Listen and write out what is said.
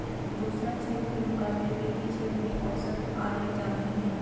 दोसरा क्षेत्र के मुकाबिले वित्तीय क्षेत्र में औसत आय जादे हई